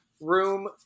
room